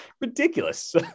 ridiculous